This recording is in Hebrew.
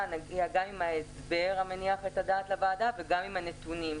נגיע גם עם הסבר מניח את הדעת וגם עם הנתונים,